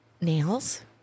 nails